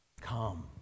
come